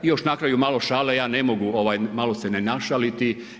I još na kraju malo šale, ja ne mogu malo se ne našaliti.